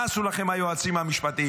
מה עשו לכם היועצים המשפטיים?